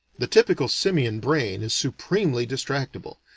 the typical simian brain is supremely distractable,